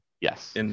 Yes